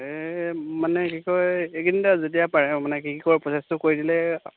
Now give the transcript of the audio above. এই মানে কি কয় এইকেইদিনতে যেতিয়া পাৰে আৰু মানে কি কয় প্ৰচেছটো কৰি দিলে